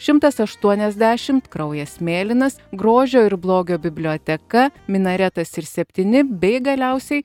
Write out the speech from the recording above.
šimtas aštuoniasdešimt kraujas mėlynas grožio ir blogio biblioteka minaretas ir septyni bei galiausiai